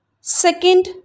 Second